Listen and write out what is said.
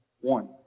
one